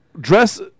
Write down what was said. dress